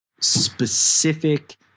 specific